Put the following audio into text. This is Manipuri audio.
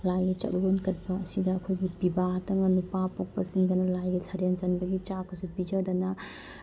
ꯂꯥꯏꯒꯤ ꯆꯥꯛꯂꯦꯟ ꯀꯠꯄ ꯑꯁꯤꯗ ꯑꯩꯈꯣꯏꯒꯤ ꯄꯤꯕꯤꯗꯪꯅ ꯅꯨꯄꯥ ꯄꯣꯛꯄꯁꯤꯡꯗꯅ ꯂꯥꯏꯒꯤ ꯁꯔꯦꯟ ꯆꯟꯕꯒꯤ ꯆꯥꯛꯀꯁꯦ ꯄꯤꯖꯗꯅ